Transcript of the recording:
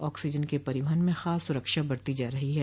oxygen के परिवहन में खास सुरक्षा बरती जा रही है